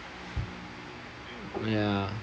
ya